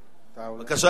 בבקשה, חבר הכנסת ברכה.